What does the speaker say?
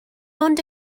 ond